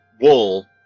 wool